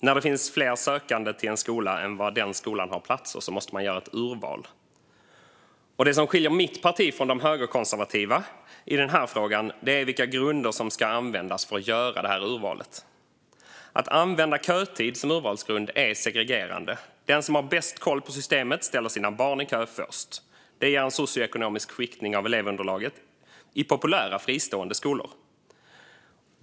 När det finns fler sökande till en skola än det finns platser på skolan måste man göra ett urval, och det som skiljer mitt parti från de högerkonservativa i den här frågan är synen på vilka grunder som ska användas för att göra detta urval. Att använda kötid som urvalsgrund är segregerande. Den som har bäst koll på systemet ställer sina barn i kö först. Det ger en socioekonomisk skiktning av elevunderlaget i populära fristående skolor.